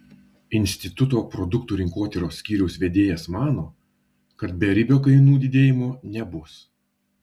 instituto produktų rinkotyros skyriaus vedėjas mano kad beribio kainų didėjimo nebus